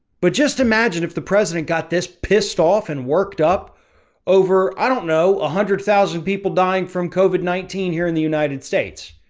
but just imagine if the president got this pissed off and worked up over, i don't know, a hundred thousand people dying from covert nineteen here in the united states.